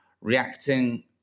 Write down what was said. reacting